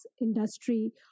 industry